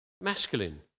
masculine